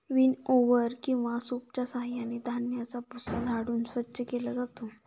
विनओवर किंवा सूपच्या साहाय्याने धान्याचा भुसा झाडून स्वच्छ केला जातो